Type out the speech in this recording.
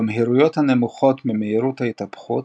במהירויות הנמוכות ממהירות ההתהפכות,